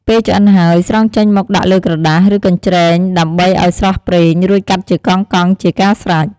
ពេលឆ្អិនហើយ ស្រង់ចេញមកដាក់លើក្រដាស ឬកញ្ច្រែងដើម្បីឱ្យស្រក់ប្រេង រួចកាត់ជាកង់ៗជាការស្រេច។